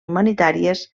humanitàries